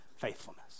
faithfulness